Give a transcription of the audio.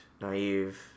naive